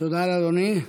תודה לאדוני.